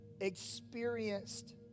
experienced